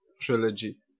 trilogy